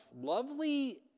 lovely